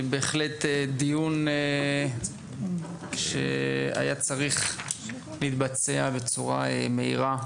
זה בהחלט דיון שהיה צריך להתבצע בצורה מהירה,